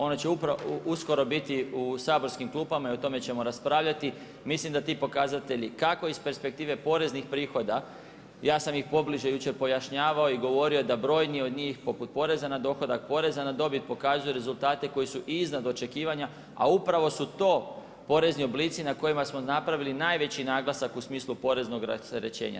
Ono će uskoro biti u saborskim klupama i o tome ćemo raspravljati. mislim da ti pokazatelji, kako iz perspektive poreznih prihoda, ja sam ih pobliže jučer pojašnjavao i govorio da brojni od njih, poput poreza na dohodak, poreza na dobit, pokazuju na rezultate koji su iznad očekivanja, a upravo su to porezni oblici na kojima smo napravili najveći naglasak u smislu poreznog rasterećenja.